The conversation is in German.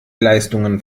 leistungen